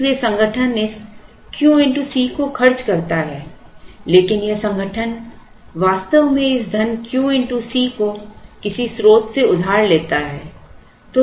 इसलिए संगठन इस Q x C को खर्च करता है लेकिन यह संगठन वास्तव में इस धन Q x C को किसी स्रोत से उधार लेता है